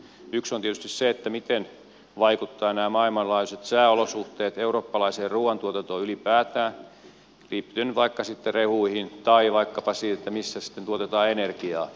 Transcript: yksi on tietysti se miten vaikuttavat nämä maailmanlaajuiset sääolosuhteet eurooppalaiseen ruuantuotantoon ylipäätään liittyen vaikka sitten rehuihin tai vaikkapa siihen missä sitten tuotetaan energiaa